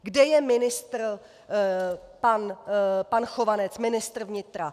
Kde je ministr pan Chovanec, ministr vnitra?